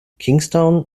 kingstown